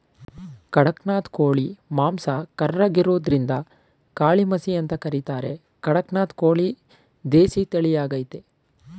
ಖಡಕ್ನಾಥ್ ಕೋಳಿ ಮಾಂಸ ಕರ್ರಗಿರೋದ್ರಿಂದಕಾಳಿಮಸಿ ಅಂತ ಕರೀತಾರೆ ಕಡಕ್ನಾಥ್ ಕೋಳಿ ದೇಸಿ ತಳಿಯಾಗಯ್ತೆ